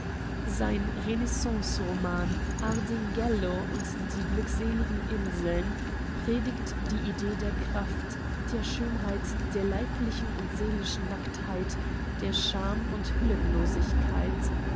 sein renaissanceroman ardinghello und die glückseligen inseln predigt die idee der kraft der schönheit der leiblichen und seelischen nacktheit der scham und